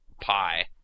pie